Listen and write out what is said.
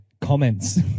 comments